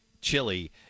Chili